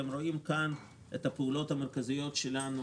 אתם רואים כאן את הפעולות המרכזיות שלנו